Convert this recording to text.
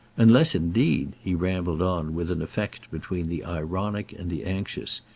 unless indeed, he rambled on with an effect between the ironic and the anxious,